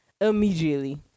immediately